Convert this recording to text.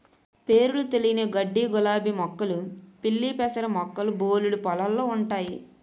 పేరులు తెలియని గడ్డిగులాబీ మొక్కలు పిల్లిపెసర మొక్కలు బోలెడు పొలాల్లో ఉంటయి